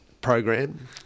program